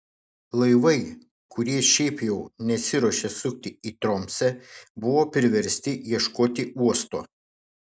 laivai kurie šiaip jau nesiruošė sukti į tromsę buvo priversti ieškoti uosto